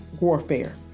warfare